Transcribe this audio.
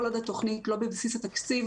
כל עוד התוכנית לא בבסיס התקציב,